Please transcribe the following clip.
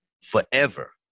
forever